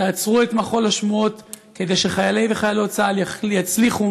תעצרו את מחול השמועות כדי שחיילי וחיילות צה"ל יצליחו